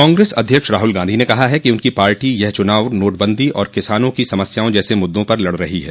कांग्रेस अध्यक्ष राहुल गांधी ने कहा है कि उनकी पार्टी यह चुनाव नोटबंदी और किसानों की समस्याओं जैसे मुद्दों पर लड़ रही है